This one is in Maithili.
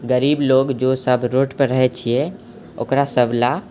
गरीब लोग जो सब रोडपर रहै छियै ओकरा सब लए